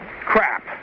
crap